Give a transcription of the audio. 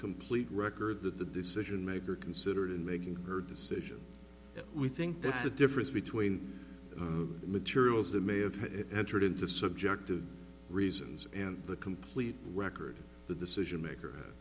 complete record that the decision maker considered in making her decision we think that's the difference between materials they may have had entered into subjective reasons and the complete record the decision maker